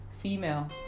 female